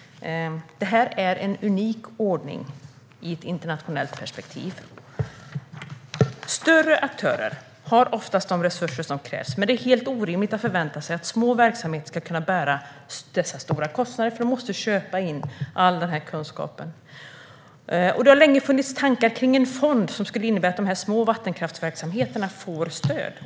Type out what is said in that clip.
Det är en unik ordning i ett internationellt perspektiv. Större aktörer har oftast de resurser som krävs, men det är helt orimligt att förvänta sig att små verksamheter ska kunna bära dessa stora kostnader. De måste ju köpa in all den kunskapen. Det har länge funnits tankar kring en fond som skulle innebära att de små vattenkraftsverksamheterna får stöd.